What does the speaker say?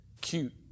Cute